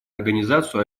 организацию